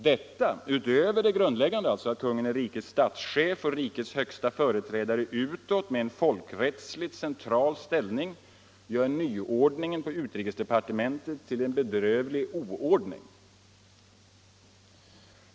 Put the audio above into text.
Detta utöver det grundläggande att kungen är rikets statschef och rikets högste företrädare utåt med en folkrättsligt central ställning gör nyordningen på utrikesdepartementet till en bedrövlig oordning.